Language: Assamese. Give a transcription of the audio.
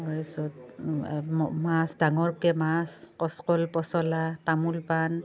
তাৰপিছত মাছ ডাঙৰকৈ মাছ কাঁচকল পচলা তামোল পাণ